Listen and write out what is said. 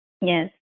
Yes